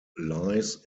lies